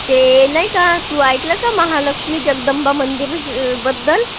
ते नाही का तू ऐकलं का महालक्ष्मी जगदंबा मंदिर बद्दल